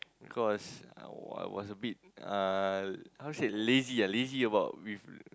because I was I was a bit uh how to say lazy ah lazy about with